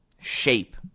shape